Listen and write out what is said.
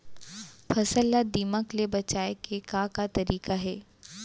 फसल ला दीमक ले बचाये के का का तरीका हे?